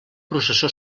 processó